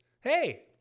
Hey